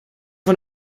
von